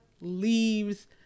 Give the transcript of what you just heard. leaves